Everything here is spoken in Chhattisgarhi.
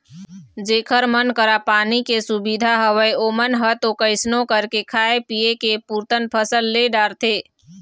जेखर मन करा पानी के सुबिधा हवय ओमन ह तो कइसनो करके खाय पींए के पुरतन फसल ले डारथे